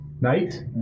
night